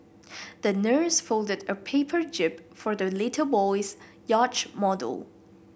the nurse folded a paper jib for the little boy's yacht model